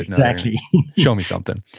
exactly show me something.